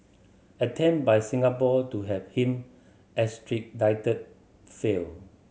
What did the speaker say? attempt by Singapore to have him extradited failed